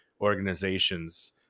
organizations